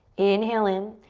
inhale in.